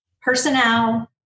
personnel